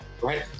right